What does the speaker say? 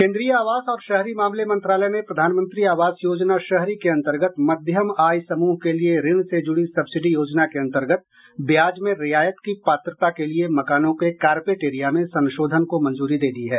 केन्द्रीय आवास और शहरी मामले मंत्रालय ने प्रधानमंत्री आवास योजना शहरी के अंतर्गत मध्यम आय समूह के लिये ऋण से जुड़ी सब्सिडी योजना के अंतर्गत ब्याज में रियायत की पात्रता के लिये मकानों के कारपेट एरिया में संशोधन को मंजूरी दे दी है